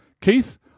Keith